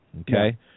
okay